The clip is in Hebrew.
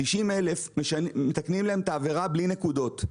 ל-90,000 משנים את העבירה בלי נקודות.